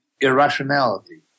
irrationality